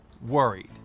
worried